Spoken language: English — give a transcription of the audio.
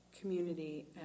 community